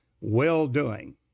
well-doing